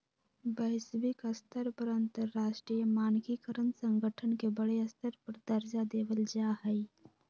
वैश्विक स्तर पर अंतरराष्ट्रीय मानकीकरण संगठन के बडे स्तर पर दर्जा देवल जा हई